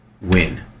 win